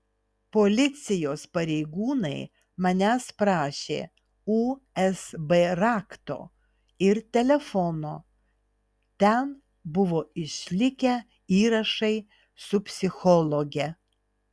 policijos pareigūnai manęs prašė usb rakto ir telefono ten buvo išlikę įrašai su psichologe